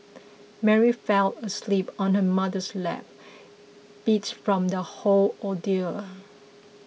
Mary fell asleep on her mother's lap beats from the whole ordeal